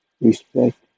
Respect